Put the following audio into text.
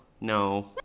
no